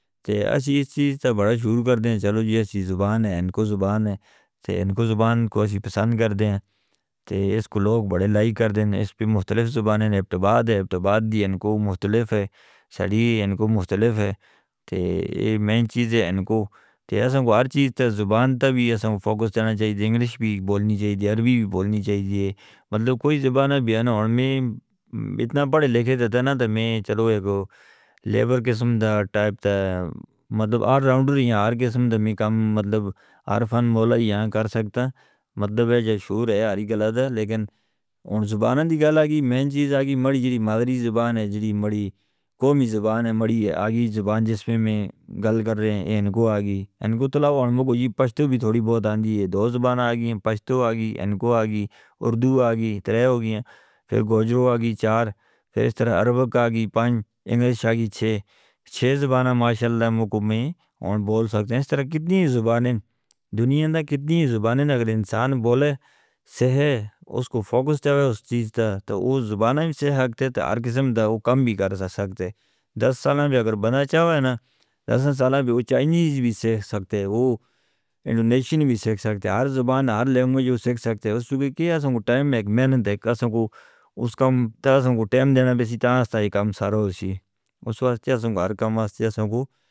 تے ایسی زبان ہے جو ان کو پسند ہے تے لوگ ایسے بڑے لائک کردے نیں۔ اس پہ مختلف زباناں نیں، ایبٹ آباد دی اپنی زبان ہے تے ایہہ اصل چیز ہے۔ ہر چیز تے زبان تے فوکس رہنا چاہیدا اے۔ انگریزی بھی بولنی چاہیدی اے، عربی بھی بولنی چاہیدی اے۔ کوئی وی زبان ہووے، بیان کرن وچ کوئی حرج نیں۔ میں اک عام کم کرن والا آدمی آں، کجھ وی کم کر سکدا آں۔ پر ان زباناں دی گل چیت وچ میری مادری زبان سب توں اہم اے، جو میری قومی زبان اے۔ جس وچ میں ڳالھاں کر رہیا آں، اوہ ان کو سمجھ آندی اے۔ میݙے کول پشتو تھوڑی بولیندی اے، دو زباناں آندیاں نیں: پشتو تے اردو۔ انہاں دے نال گوجری، عربی تے انگریزی وی آندی اے۔ کل ملا کے چھ زباناں نیں، ماشاءاللہ، مکمل بول سکدا آں۔ دنیا وچ کتنی ہی زباناں کیوں نہ ہوݨ، اگر انسان چاہے تے صحیح فوکس کرے، تاں اوہ کوئی وی زبان سیکھ سکدا اے۔ جے دس سال لگاݨے پئے وی، تاں چائنیز وی سیکھ سکدا اے، انڈونیشین وی سیکھ سکدا اے۔ ہر زبان سیکھݨ ممکن اے۔ اصل چیز وقت تے محنت اے۔ جے وقت ݙتا ویسے، تاں ہر کم آسان تھی ویسے۔